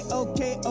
okay